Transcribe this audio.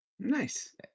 Nice